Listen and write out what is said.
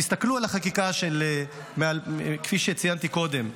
תסתכלו על החקיקה כפי שציינתי קודם,